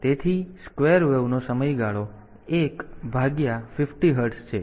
તેથી ચોરસ તરંગનો સમયગાળો 1 ભાગ્યા 50 હર્ટ્ઝ છે તેથી તે 20 મિલિસેકન્ડ છે